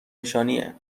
نشانیه